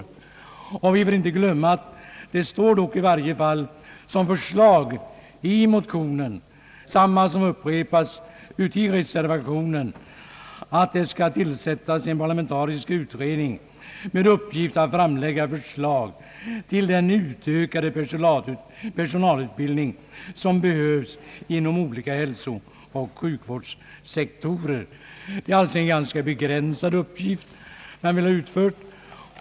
Det står dock i motionen och upprepas i reservationen, att det skall tillsättas en parlamentarisk utredning med uppgift att framlägga förslag till den utökade personalutbildning som behövs inom olika hälsooch sjukvårdssektioner. Det är alltså en begränsad uppgift man vill ha utförd.